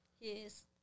yes